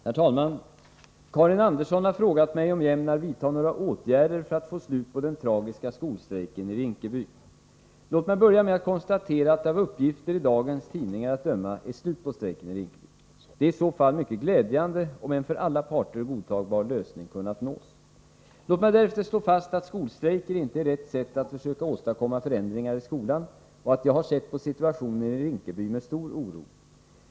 Herr talman! Karin Andersson har frågat mig om jag ämnar vidta några åtgärder för att få slut på den tragiska skolstrejken i Rinkeby. Låt mig börja med att konstatera att det av uppgifter i dagens tidningar att döma är slut på strejken i Rinkeby. Det är i så fall mycket glädjande om en för alla parter godtagbar lösning kunnat nås. Låt mig därefter slå fast att skolstrejker inte är rätt sätt att försöka åstadkomma förändringar i skolan och att jag har sett på situationen i Rinkeby med stor oro.